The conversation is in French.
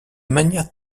manière